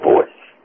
Voice